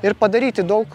ir padaryti daug